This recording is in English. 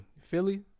Philly